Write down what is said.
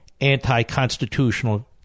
anti-constitutional